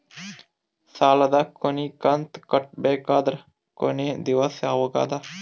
ಸಾಲದ ಕೊನಿ ಕಂತು ಕಟ್ಟಬೇಕಾದರ ಕೊನಿ ದಿವಸ ಯಾವಗದ?